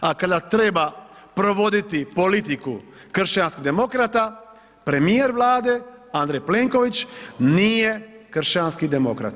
A kad treba provoditi politiku kršćanskih demokrata, premijer Vlade Andrej Plenković nije kršćanski demokrat.